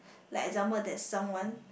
like example there is someone